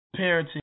parenting